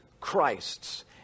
Christ's